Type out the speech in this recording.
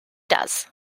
does